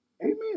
Amen